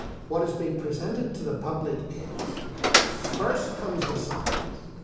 what is being presented to the public is first comes the science,